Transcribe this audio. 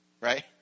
right